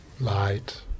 light